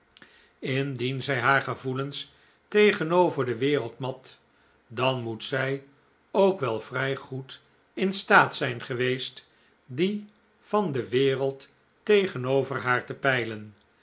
indien zij haar gevoelens tegenover de wereld mat dan moet zij ook wel vrij goed in staat zijn geweest die van de wereld tegenover haar te peilen